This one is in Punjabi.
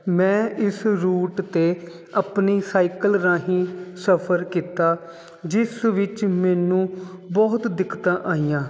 ਮੈਂ ਇਸ ਰੂਟ 'ਤੇ ਆਪਣੀ ਸਾਈਕਲ ਰਾਹੀਂ ਸਫਰ ਕੀਤਾ ਜਿਸ ਵਿੱਚ ਮੈਨੂੰ ਬਹੁਤ ਦਿੱਕਤਾਂ ਆਈਆਂ